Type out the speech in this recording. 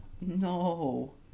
No